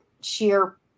sheer